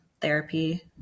therapy